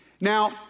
Now